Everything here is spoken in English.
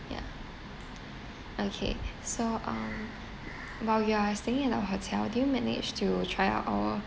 ya okay so um while you are staying at our hotel do you manage to try our